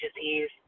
disease